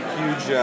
huge